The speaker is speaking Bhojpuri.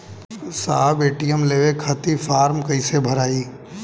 साहब ए.टी.एम लेवे खतीं फॉर्म कइसे भराई?